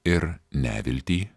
ir neviltį